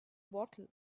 bottle